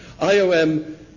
IOM